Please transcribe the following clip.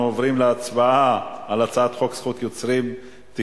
אנחנו עוברים להצבעה על הצעת חוק זכות יוצרים (תיקון),